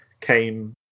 came